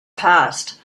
passed